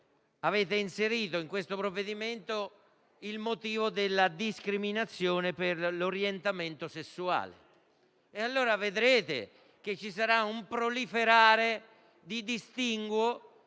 avete inserito nel provvedimento il motivo della discriminazione per l'orientamento sessuale; allora vedrete che ci sarà un proliferare di distinguo